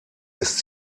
ist